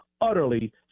utterly